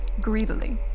greedily